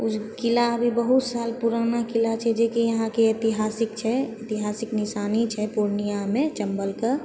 ओ जे किला अभी बहुत साल पुराना किला छै जेकि यहाँके ऐतिहासिक छै ऐतिहासिक निशानी छै पूर्णियाँमे चम्बलके